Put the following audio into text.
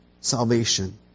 salvation